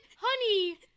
honey